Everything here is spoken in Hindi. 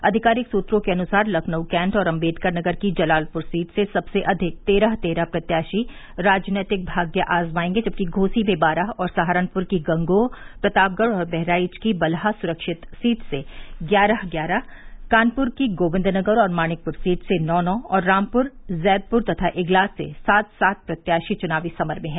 आधिकारिक सूत्रों के अनुसार लखनऊ कैंट और अम्बेडकरनगर की जलालपुर सीट से सबसे अधिक तेरह तेरह प्रत्याशी राजनैतिक भाग्य आजमायेंगे जबकि घोसी में बारह और सहारनपुर की गंगोह प्रतापगढ़ और बहराइच की बलहा सुरक्षित सीट से ग्यारह ग्यारह कानपुर की गोविन्दनगर और मानिकपुर सीट से नौ नौ और रामपुर जैदपुर तथा इगलास से सात सात प्रत्याशी चुनावी समर में हैं